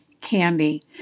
candy